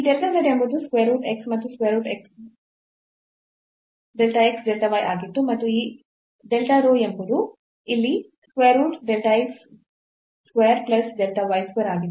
ಈ delta z ಎಂಬುದು square root x ಮತ್ತು square root x delta x delta y ಆಗಿತ್ತು ಮತ್ತು ಈ delta rho ಎಂಬುದು ಇಲ್ಲಿ square root delta x square plus delta y square ಆಗಿತ್ತು